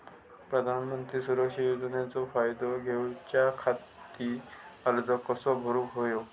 प्रधानमंत्री सुरक्षा योजनेचो फायदो घेऊच्या खाती अर्ज कसो भरुक होयो?